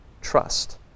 trust